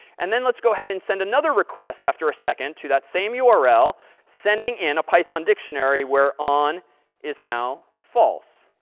and then let's go ahead and send another request after a second to that same url, sending in a python dictionary where on is now false.